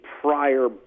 prior